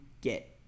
get